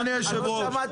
אדוני היושב-ראש.